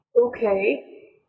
okay